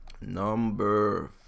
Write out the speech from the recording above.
Number